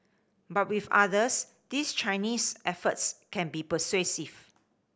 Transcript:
but with others these Chinese efforts can be persuasive